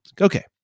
Okay